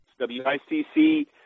WICC